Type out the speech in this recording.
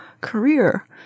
career